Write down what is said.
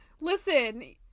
Listen